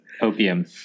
opium